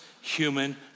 human